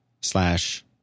slash